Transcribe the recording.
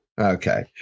okay